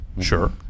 Sure